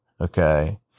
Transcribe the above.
Okay